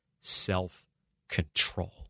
self-control